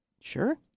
Sure